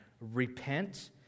Repent